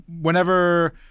whenever